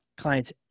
clients